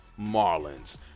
Marlins